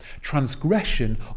transgression